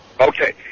Okay